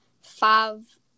five